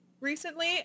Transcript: recently